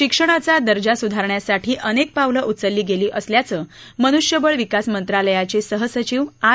शिक्षणाचा दर्जा सुधारण्यासाठी अनेक पावलं उचलली गेली असल्याचं मनुष्यबळ विकास मंत्रालयाचे सहसचिव आर